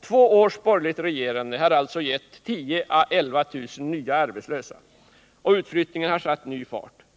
Två års borgerligt regerande har alltså gett 10 000-11 000 nya arbetslösa. Och utflyttningen har satt ny fart.